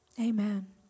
Amen